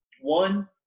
one